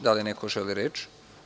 Da li neko želi reč?